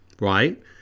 right